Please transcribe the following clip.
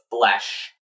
Flesh